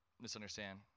misunderstand